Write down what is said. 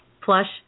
plush